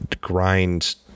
grind